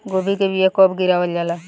गोभी के बीया कब गिरावल जाला?